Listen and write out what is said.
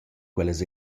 quellas